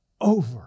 over